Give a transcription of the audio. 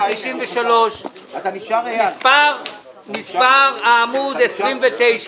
ושישה תקנים לטובת מערך מעון נגד אלימות ברשת.